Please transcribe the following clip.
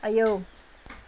आयौ